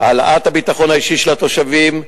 העלאת הביטחון האישי של התושבים,